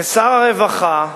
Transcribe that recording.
כשר הרווחה,